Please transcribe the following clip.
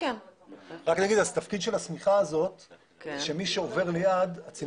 זאת תקלה שהייתה שונה מהתקלות האחרות.